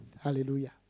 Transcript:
Hallelujah